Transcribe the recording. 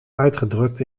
uitgedrukt